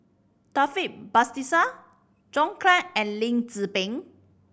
Taufik Batisah John Clang and Lim Tze Peng